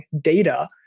data